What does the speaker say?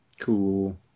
Cool